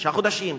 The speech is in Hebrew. שלושה חודשים,